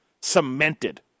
cemented